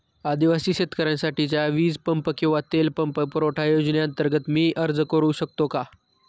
आदिवासी शेतकऱ्यांसाठीच्या वीज पंप किंवा तेल पंप पुरवठा योजनेअंतर्गत मी अर्ज करू शकतो का?